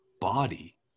body